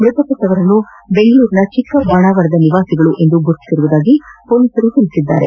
ಮೃತಪಟ್ಟವರನ್ನು ಬೆಂಗಳೂರಿನ ಚಿಕ್ಕ ಬಾಣಾವರದ ನಿವಾಸಿಗಳೆಂದು ಗುರುತಿಸಿರುವುದಾಗಿ ಪೊಲೀಸರು ತಿಳಿಸಿದ್ದಾರೆ